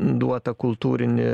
duotą kultūrinį